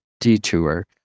detour